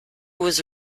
was